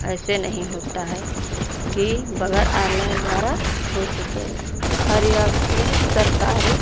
ऐसे नहीं होता है कि बगैर ऑनलाइन द्वारा हो सके हर एक चीज़ सरकारी